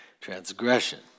transgression